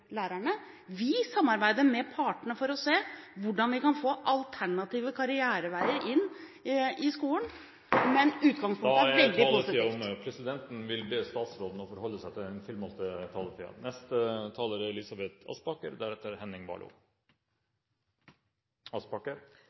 lærerne. Vi samarbeider med partene for å se hvordan vi kan få alternative karriereveier inn i skolen, men utgangspunktet … Tiden er ute. Presidenten vil be statsråden om å forholde seg til den